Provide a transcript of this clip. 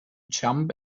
jump